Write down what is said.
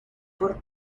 por